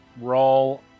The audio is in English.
Roll